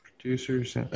Producers